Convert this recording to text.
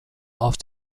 auf